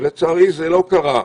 ולצערי, זה לא קרה.